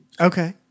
Okay